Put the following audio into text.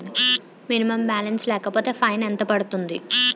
Minimum balance లేకపోతే fine ఎంత పడుతుంది?